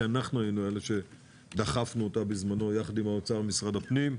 שאנחנו היינו אלה שדחפנו אותה בזמנו יחד עם האוצר ומשרד הפנים,